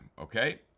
okay